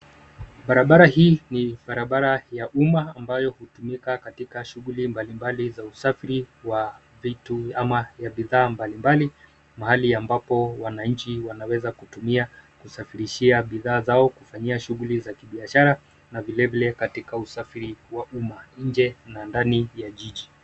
Barabara nii ni barabara yaumma ambayo hutumika katika shughuli mbalimbali za usafiri wa vitu ama bidhaa mbalimbali mahali ambapo wananchi wanaweza kutumia kusafirishia bidhaa zao, kufanyia shughuli zao za kibiashara vilevile katika usafiri wa umma nje na ndani ya jiji.